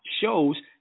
shows